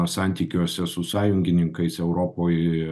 santykiuose su sąjungininkais europoj